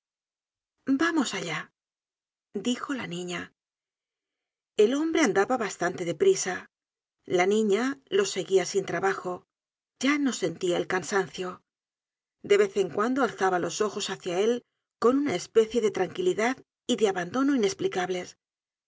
darnos allá dijo la niña el hombre andaba bastante de prisa la niña lo seguía sin trabajo ya no sentia el cansancio de vez en cuando alzaba los ojos hácia él con una especie de tranquilidad y de abandono inesplicables